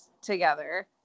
together